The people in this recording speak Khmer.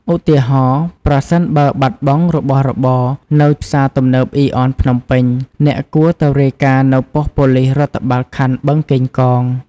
ឧទាហរណ៍៖ ប្រសិនបើបាត់បង់របស់របរនៅផ្សារទំនើប អុីអន ភ្នំពេញ អ្នកគួរទៅរាយការណ៍នៅប៉ុស្តិ៍ប៉ូលិសរដ្ឋបាលខណ្ឌបឹងកេងកង។